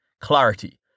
Clarity